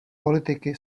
politiky